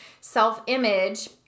self-image